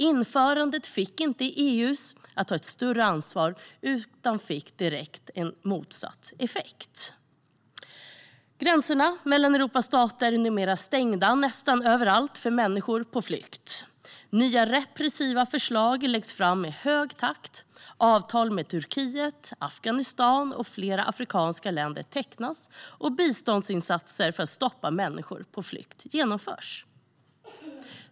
Införandet fick inte staterna i EU att ta ett större ansvar utan fick en direkt motsatt effekt. Gränserna mellan Europas stater är numera stängda nästan överallt för människor på flykt. Nya repressiva förslag läggs fram i hög takt. Avtal med Turkiet, Afghanistan och flera afrikanska länder tecknas, och biståndsinsatser för att stoppa människor på flykt genomförs.